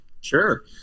sure